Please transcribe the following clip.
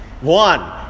one